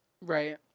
Right